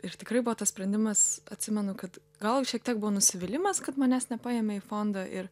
ir tikrai buvo tas sprendimas atsimenu kad gal šiek tiek buvo nusivylimas kad manęs nepaėmė į fondą ir